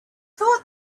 thought